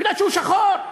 כי הוא שחור.